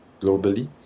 globally